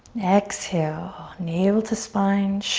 exhale. navel to spine.